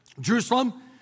Jerusalem